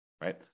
right